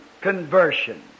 conversion